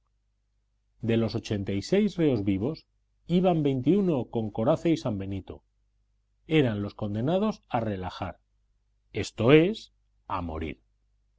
de los ochenta y seis reos vivos iban veintiuno con coroza y sambenito eran los condenados a relajar esto es a morir